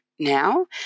Now